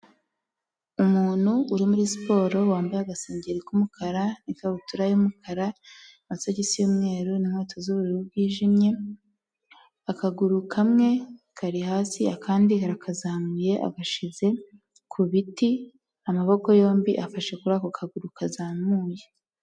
Umuntu uri muri siporo, wambaye agasengeri k'umukara n'ikabutura y'umukara, amasogisi y'umweru n'inkweto z'ubururu bwijimye, akaguru kamwe kari hasi, akandi arakazamuye agashyize ku biti, amaboko yombi afashe kuri ako kaguru kazamuye.